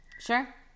Sure